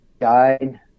guide